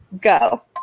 go